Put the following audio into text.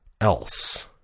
else